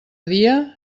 dia